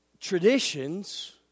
traditions